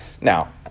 Now